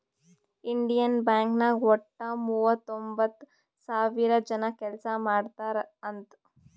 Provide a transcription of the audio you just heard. Indian Bank ನಾಗ್ ವಟ್ಟ ಮೂವತೊಂಬತ್ತ್ ಸಾವಿರ ಜನ ಕೆಲ್ಸಾ ಮಾಡ್ತಾರ್ ಅಂತ್